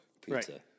pizza